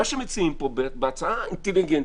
מציעים פה בהצעה אינטליגנטית,